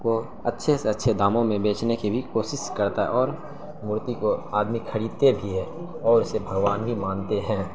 کو اچھے سے اچھے داموں میں بیچنے کی بھی کوشش کرتا ہے اور مورتی کو آدمی کھریدتے بھی ہے اور اسے بھگوان بھی مانتے ہیں